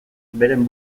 beren